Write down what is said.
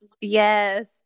Yes